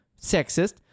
sexist